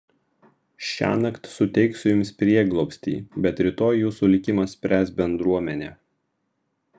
šiąnakt suteiksiu jums prieglobstį bet rytoj jūsų likimą spręs bendruomenė